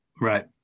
right